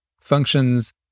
functions